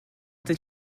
does